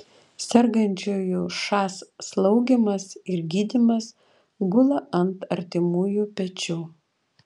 sergančiųjų šas slaugymas ir gydymas gula ant artimųjų pečių